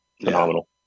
phenomenal